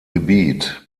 gebiet